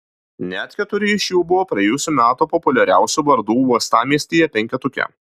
net keturi iš jų buvo ir praėjusių metų populiariausių vardų uostamiestyje penketuke